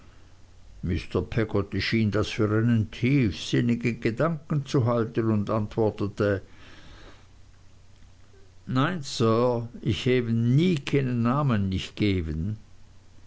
peggotty schien das für einen tiefsinnigen gedanken zu halten und antwortete nein sir ich hew jem nie keenen namen nich gewen